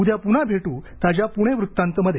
उद्या प्न्हा भेट्र ताज्या प्णेवृत्तांतमध्ये